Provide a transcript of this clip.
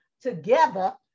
together